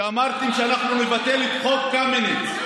שאמרתם: אנחנו נבטל את חוק קמיניץ,